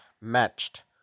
matched